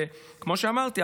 וכמו שאמרתי,